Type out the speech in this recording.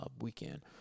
weekend